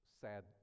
sad